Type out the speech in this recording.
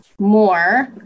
more